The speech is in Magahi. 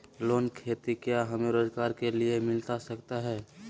लोन खेती क्या हमें रोजगार के लिए मिलता सकता है?